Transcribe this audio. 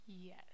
Yes